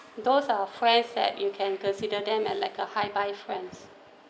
those are friends that you can consider them and like a hi bye friends